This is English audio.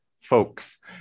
folks